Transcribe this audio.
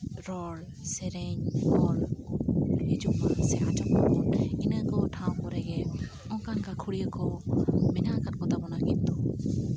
ᱨᱚᱲ ᱥᱮᱨᱮᱧ ᱚᱞ ᱦᱤᱡᱩᱜ ᱥᱮ ᱤᱱᱟᱹᱠᱚ ᱴᱷᱟᱶ ᱠᱚᱨᱮᱜᱮ ᱚᱱᱠᱟᱱ ᱜᱟᱹᱠᱷᱩᱲᱤᱭᱟᱹ ᱠᱚ ᱢᱮᱱᱟᱜ ᱟᱠᱟᱫ ᱠᱚᱛᱟ ᱵᱚᱱᱟ ᱠᱤᱱᱛᱩ